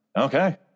Okay